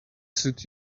suit